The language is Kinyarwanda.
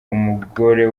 umugore